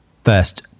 first